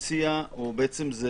או בעצם זה